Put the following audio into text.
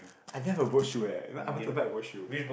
I didn't have a boat shoe eh I wanted to buy a boat shoe